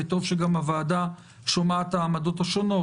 וטוב שהוועדה שומעת את העמדות השונות.